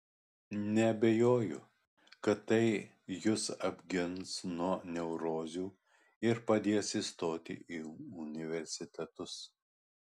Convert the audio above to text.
neabejoju kad tai jus apgins nuo neurozių ir padės įstoti į universitetus